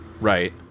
Right